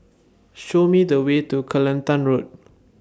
Show Me The Way to Kelantan Road